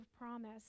promise